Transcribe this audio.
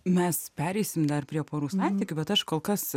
mes pereisim dar prie porų santykių bet aš kol kas